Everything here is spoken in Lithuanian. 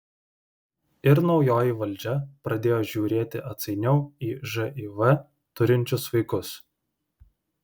ir naujoji valdžia pradėjo žiūrėti atsainiau į živ turinčius vaikus